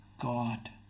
God